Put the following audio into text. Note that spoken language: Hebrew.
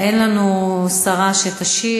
אין לנו שרה שתשיב.